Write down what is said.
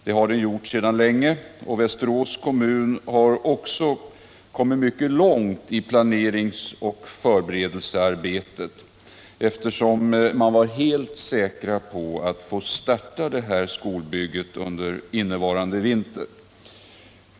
Det har den gjort länge. Västerås kommun har också kommit mycket långt i planeringsoch förberedelsearbetet, eftersom man var helt säker på att få starta det här skolbygget under innevarande vinter.